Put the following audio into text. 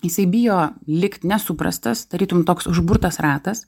jisai bijo likt nesuprastas tarytum toks užburtas ratas